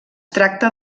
tracta